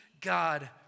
God